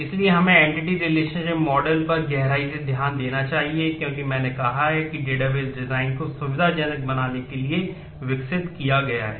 इसलिए हमें entity relationship model को सुविधाजनक बनाने के लिए विकसित किया गया है